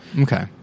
Okay